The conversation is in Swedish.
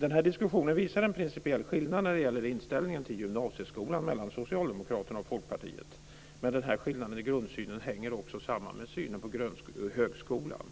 Den här diskussionen visar på en principiell skillnad när det gäller inställningen till gymnasieskolan mellan Socialdemokraterna och Folkpartiet. Den skillnaden i grundsynen hänger också samman med synen på högskolan.